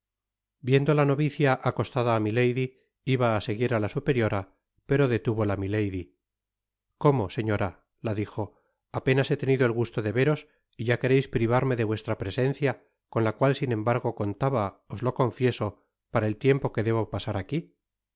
viendo la novicia acostada á mitady iba á seguir á la superiora pero detúvola milady cómo señora la dijo apenas he tenido el gusto de veros y ya quereis privarme de vuestra presencia con la cual sin embargo contaba os lo confieso para el tiempo que debo pasar aqui